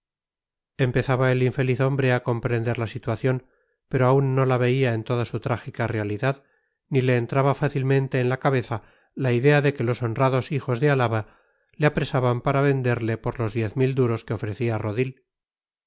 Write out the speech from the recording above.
empezaba el infeliz hombre a comprender la situación pero aún no la veía en toda su trágica realidad ni le entraba fácilmente en la cabeza la idea de que los honrados hijos de álava le apresaban para venderle por los diez mil duros que ofrecía rodil